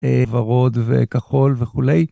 ורוד וכחול וכולי